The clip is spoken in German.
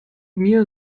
mir